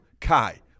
Kai